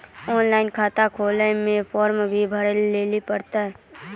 Online खाता खोलवे मे फोर्म भी भरे लेली पड़त यो?